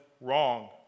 wrong